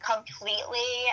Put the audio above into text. completely